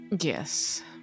Yes